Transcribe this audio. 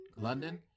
London